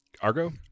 Argo